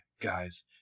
guys